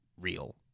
real